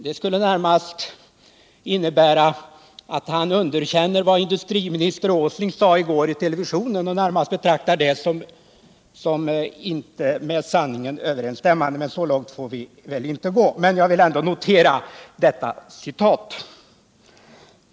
Det skulle närmast innebära att han underkänner det som industriministern sade i TV i går och att han betraktar det som något som inte överensstämmer med sanningen. Så långt får vi väl inte gå. Jag vill ändå notera den tolkningen.